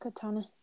Katana